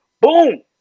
boom